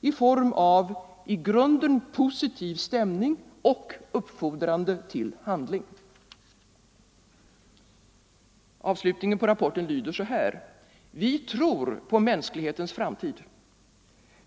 i form av i grunden positiv stämning och uppfordrande till handling: ”Vi tror på mänsklighetens framtid.